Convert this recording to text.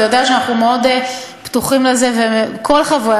אתה יודע אנחנו פתוחים לזה מאוד וכל חברי